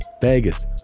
Vegas